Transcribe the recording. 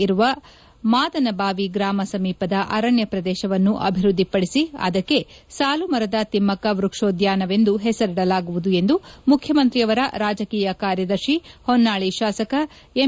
ಇರುವ ಮಾದನಬಾವಿ ಗ್ರಾಮ ಸಮೀಪದ ಅರಣ್ಯ ಪ್ರದೇಶವನ್ನು ಅಭಿವೃದ್ದಿಪಡಿಸಿ ಅದಕ್ಕೆ ಸಾಲು ಮರದ ತಿಮ್ಮಕ್ಕ ವೃಕ್ಷೋದ್ಯಾನ ವೆಂದು ಹೆಸರಿಡಲಾಗುವುದು ಎಂದು ಮುಖ್ಯಮಂತ್ರಿಯವರ ರಾಜಕೀಯ ಕಾರ್ಯದರ್ಶಿ ಹೊನ್ನಾಳಿ ಶಾಸಕ ಎಂ